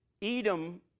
Edom